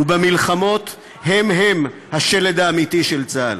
ובמלחמות הם-הם השלד האמיתי של צה"ל.